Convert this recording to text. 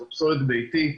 פסולת ביתית,